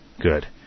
Good